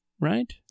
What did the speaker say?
right